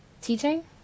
Teaching